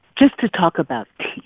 just to talk about